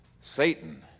Satan